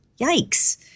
Yikes